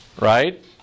right